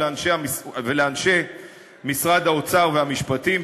ולאנשי משרד האוצר והמשפטים,